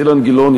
אילן גילאון,